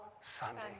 Sunday